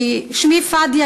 שמי פאדי,